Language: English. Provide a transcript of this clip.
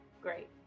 Great